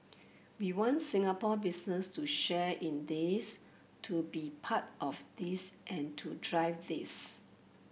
we want Singapore business to share in this to be part of this and to drive this